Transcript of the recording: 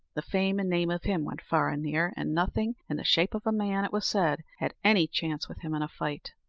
the fame and name of him went far and near, and nothing in the shape of a man, it was said, had any chance with him in a fight.